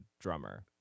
drummer